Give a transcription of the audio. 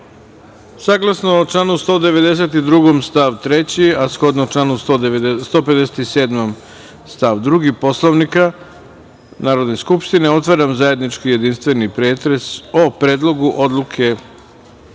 članu 192. stav 3, a shodno članu 157. stav 2. Poslovnika Narodne skupštine, otvaram zajednički jedinstveni pretres o: Predlogu odluke o izmenama